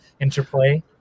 interplay